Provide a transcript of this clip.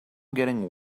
getting